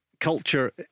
culture